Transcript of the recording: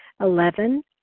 Eleven